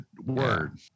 word